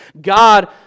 God